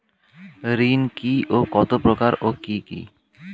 ঋণ কি ও কত প্রকার ও কি কি?